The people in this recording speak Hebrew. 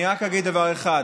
אני רק אגיד דבר אחד: